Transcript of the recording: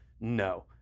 no